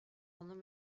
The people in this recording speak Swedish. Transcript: honom